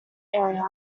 area